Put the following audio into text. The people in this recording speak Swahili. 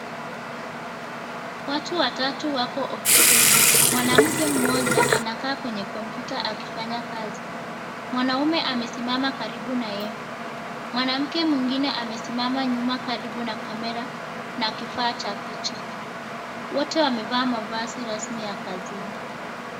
Watu watatu wako ofisini. Mwanamke mmoja anakaa kwenye kompyuta akifanya kazi. Mwanaume amesimama karibu naye. Mwanamke mwingine amesimama nyuma karibu na kamera na kifaa cha picha. Wote wamevaa mavazi rasmi ya kazini.